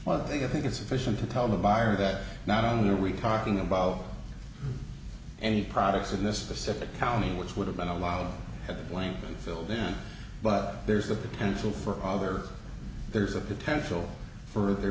well i think i think it's sufficient to tell the buyer that not only are we talking about any products in this specific county which would have been allowed had one filled in but there's the potential for other there's a potential for there